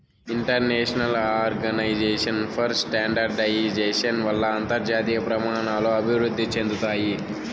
international organization for standardization వల్ల అంతర్జాతీయ ప్రమాణాలు అభివృద్ధి చెందుతాయి